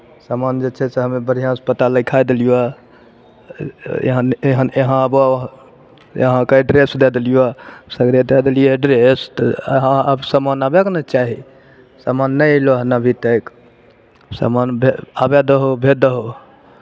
सामान जे छै से हमे बढ़िआँसँ पता लिखाए देलियौ हऽ यहाँ न् यहाँ यहाँ आबह यहाँके एड्रैस दए देलियौ सगरे दए देलियै एड्रैस तऽ यहाँ आब सामान आबयके ने चाही सामान नहि अयलौ हन अभी तक सामान भे आबय दहो भेज दहो